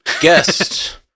guest